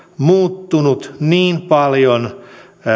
muuttunut niin paljon